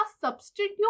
substitute